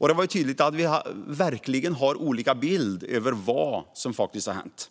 Det var tydligt att vi hade helt olika bild av vad som har hänt.